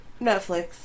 Netflix